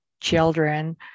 children